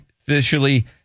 officially